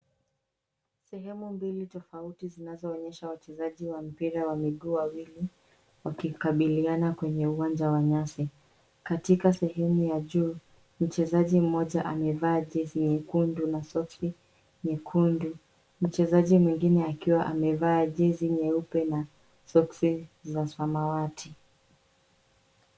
Sehemu mbili tofauti zinazoonyesha wachezaji wa mpira wa miguu wawili wakikabiliana kwenye uwanja wa nyasi. Katika sehemu ya juu, mchezaji mmoja amevaa jezi nyekundu na soksi nyekundu, mchezaji mwingine akiwa amevaa jezi nyeupe na soksi za samawati.